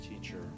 teacher